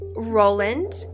Roland